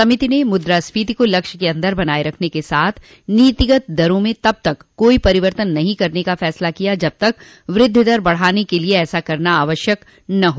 समिति ने मुद्रास्फीति को लक्ष्य के अन्दर बनाए रखने के साथ नीतिगत दरों में तब तक कोई परिवर्तन नहीं करने का फैसला किया जब तक वृद्धि दर बढ़ाने के लिए ऐसा करना आवश्यकन हो